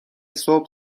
صبح